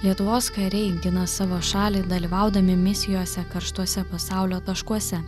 lietuvos kariai gina savo šalį dalyvaudami misijose karštuose pasaulio taškuose